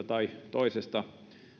tai toisesta